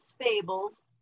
fables